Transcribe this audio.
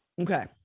Okay